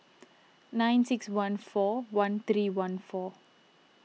nine six one four one three one four